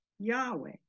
Yahweh